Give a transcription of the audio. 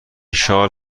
شال